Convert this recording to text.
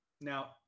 Now